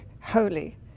holy